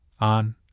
on